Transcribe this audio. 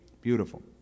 Beautiful